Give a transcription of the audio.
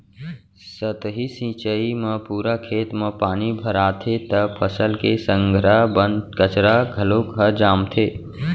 सतही सिंचई म पूरा खेत म पानी भराथे त फसल के संघरा बन कचरा घलोक ह जामथे